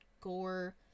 Gore